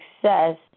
success